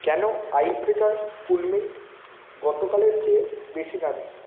কেন ice breaker cool mint গতকালের চেয়ে বেশি দামি